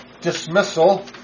dismissal